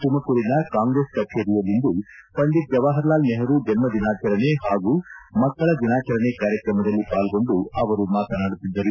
ತುಮಕೂರಿನ ಕಾಂಗ್ರೆಸ್ ಕಚೇರಿಯಲ್ಲಿಂದು ಪಂಡಿತ್ ಜವಾಹರ್ ಲಾಲ್ ನೆಹರು ಜನ್ನ ದಿನಾಚರಣೆ ಹಾಗೂ ಮಕ್ಕಳ ದಿನಾಚರಣೆ ಕಾರ್ಯಕ್ರಮದಲ್ಲಿ ಪಾಲ್ಗೊಂಡು ಅವರು ಮಾತನಾಡುತ್ತಿದ್ದರು